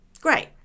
Great